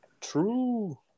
True